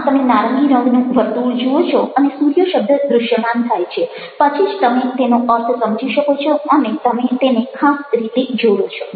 આમ તમે નારંગી રંગનું વર્તુળ જુઓ છો અને સૂર્ય શબ્દ દશ્યમાન થાય છે પછી જ તમે તેનો અર્થ સમજી શકો છો અને તમે તેને ખાસ રીતે જોડો છો